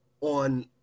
on